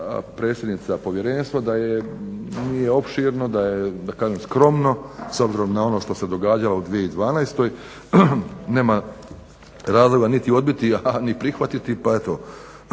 predsjednica Povjerenstva da nije opširno, da je da kažem skromno s obzirom na ono što se događalo u 2012. Nema razloga niti odbiti, a ni prihvatiti pa eto